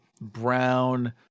brown